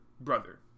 brother